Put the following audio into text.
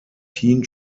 teen